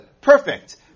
Perfect